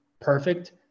perfect